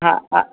हा हा